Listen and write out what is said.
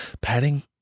padding